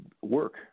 work